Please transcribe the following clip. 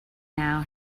now